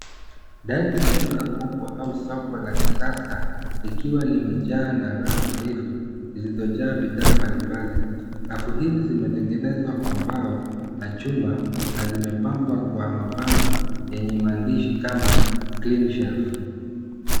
Ndani ya duka kubwa au soko la kisasa likiwa limejaa na rafu ndefu zilizojaa bidhaa mbalimbali. Rafu hizi zimetengenezwa kwa mbao na chuma na zimepangwa kwa mabango yenye maandishi kama clean shelf